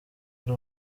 ari